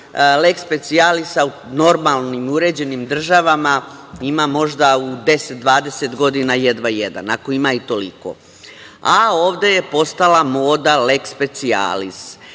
leks specijalisa u normalnim i uređenim državama ima možda u 10, 20 godina jedva jedan, ako ima i toliko. Ovde je postala moda leks specijalis.